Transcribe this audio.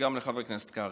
וגם לחבר הכנסת קרעי.